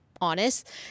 honest